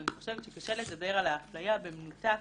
אבל אני חושבת שקשה לדבר על האפליה במנותק